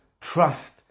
trust